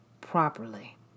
properly